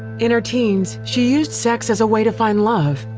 in her teens, she used sex as a way to find love.